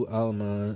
alma